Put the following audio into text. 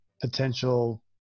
potential